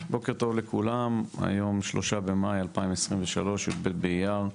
בוקר טוב לכולם, היום 3 במאי 2023, י"ב באייר,